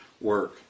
work